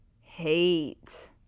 Hate